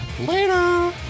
later